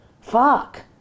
Fuck